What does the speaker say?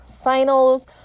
finals